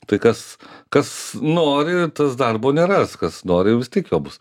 tai kas kas nori tas darbo neras kas nori vis tiek jo bus